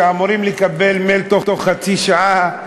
ואמורים לקבל מייל בתוך חצי שעה,